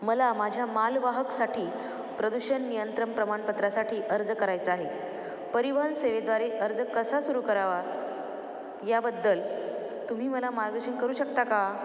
मला माझ्या मालवाहकसाठी प्रदूषण नियंत्रण प्रमाणपत्रासाठी अर्ज करायचा आहे परिवहन सेवेद्वारे अर्ज कसा सुरू करावा याबद्दल तुम्ही मला मार्गशन करू शकता का